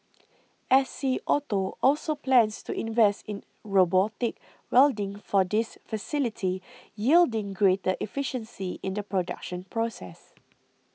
S C Auto also plans to invest in robotic welding for this facility yielding greater efficiency in the production process